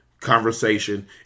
...conversation